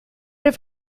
have